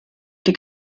die